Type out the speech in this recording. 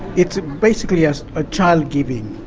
it's basically yeah a child giving,